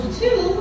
two